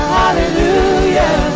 hallelujah